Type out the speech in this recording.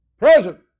present